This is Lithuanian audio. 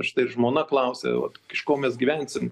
štai ir žmona klausia iš ko mes gyvensim